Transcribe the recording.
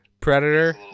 Predator